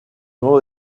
nuevo